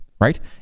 right